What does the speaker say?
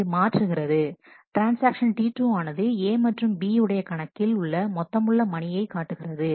இது மாற்றுகிறது transaction T2 ஆனது A மற்றும் B உடைய கணக்கில் உள்ள மொத்தமுள்ள மணியை காட்டுகிறது